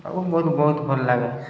ଆମକୁ ବହୁତ ବହୁତ ଭଲ ଲାଗେ